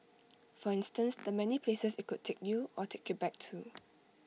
for instance the many places IT could take you or take you back to